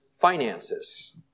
finances